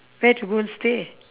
where to go stay